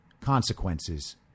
consequences